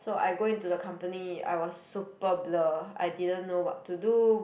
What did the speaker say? so I go into the company I was super blur I didn't know what to do